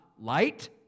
light